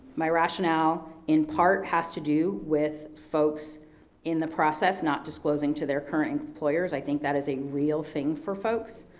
my rationale in part has to do with folks in the process not disclosing to their current employers. i think that is a real thing for folks,